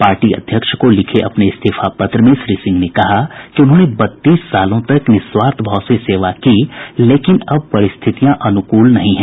party अध्यक्ष को लिखे अपने इस्तीफा पत्र में श्री सिंह ने कहा है कि उन्होंने बत्तीस सालों तक निःस्वार्थ भाव से सेवा की लेकिन अब परिस्थितियां अनुकूल नहीं हैं